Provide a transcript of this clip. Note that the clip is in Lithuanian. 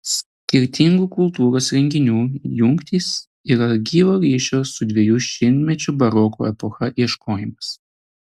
skirtingų kultūros renginių jungtys yra gyvo ryšio su dviejų šimtmečių baroko epocha ieškojimas